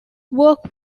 work